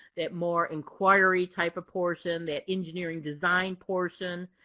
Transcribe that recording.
that more inquiry type of portion, that engineering design portion.